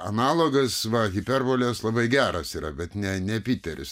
analogas va hiperbolės labai geras yra bet ne ne piteris